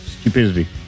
stupidity